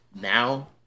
Now